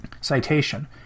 Citation